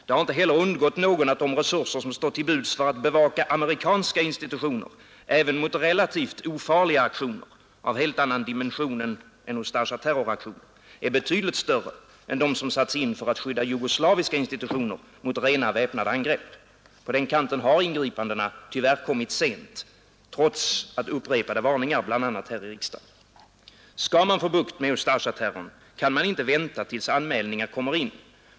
Det har heller inte undgått någon, att de resurser som stått till buds för att bevaka amerikanska institutioner även mot relativt ofarliga aktioner — av helt annan dimension än Ustasjas terroraktioner — är betydligt större än de som satts in för att skydda jugoslaviska institutioner mot rena väpnade angrepp. På den kanten har ingripandena tyvärr kommit sent, trots upprepade varningar bl.a. här i riksdagen. Skall man få bukt med Ustasjaterrorn kan man inte vänta tills anmälningar kommer in.